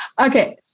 Okay